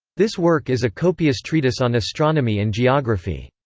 this work is a copious treatise on astronomy and geography.